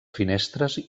finestres